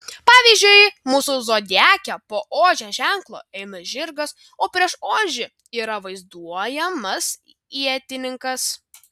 pavyzdžiui mūsų zodiake po ožio ženklo eina žirgas o prieš ožį yra vaizduojamas ietininkas